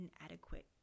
inadequate